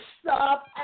stop